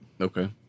Okay